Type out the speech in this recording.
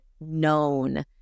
known